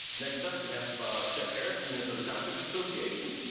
next up we have shep harris minnesota township association.